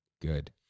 good